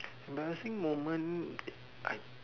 embarrassing moment I